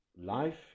Life